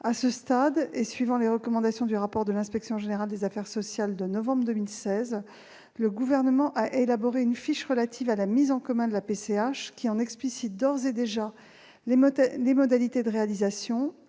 À ce stade, suivant les recommandations du rapport de l'Inspection générale des affaires sociales de novembre 2016, le Gouvernement a élaboré une fiche relative à la mise en commun de la PCH qui en explicite d'ores et déjà les modalités de réalisation,